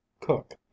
Cook